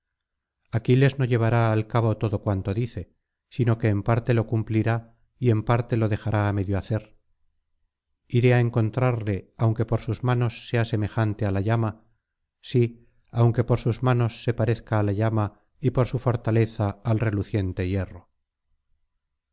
aquiles no llevará al cabo todo cuanto dice sino que en parte lo cumplirá y en parte lo dejará á medio hacer iré á encontrarle aunque por sus manos sea semejante á la llama sí aunque por sus manos se parezca á la llama y por su fortaleza al reluciente hierro